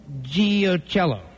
Giocello